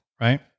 Right